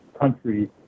country